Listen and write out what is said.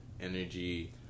energy